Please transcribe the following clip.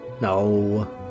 No